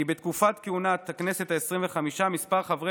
כי בתקופת כהונת הכנסת העשרים-וחמש מספר חברי